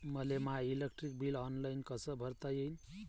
मले my electric bill online कस भरता येईन?